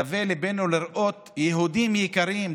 דווה ליבנו לראות יהודים יקרים,